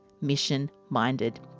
mission-minded